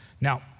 Now